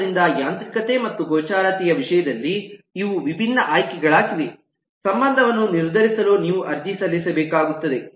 ಆದ್ದರಿಂದ ಯಾಂತ್ರಿಕತೆ ಮತ್ತು ಗೋಚರತೆಯ ವಿಷಯದಲ್ಲಿ ಇವು ವಿಭಿನ್ನ ಆಯ್ಕೆಗಳಾಗಿವೆ ಸಂಬಂಧವನ್ನು ನಿರ್ಧರಿಸಲು ನೀವು ಅರ್ಜಿ ಸಲ್ಲಿಸಬೇಕಾಗುತ್ತದೆ